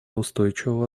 устойчивого